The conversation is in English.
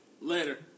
Later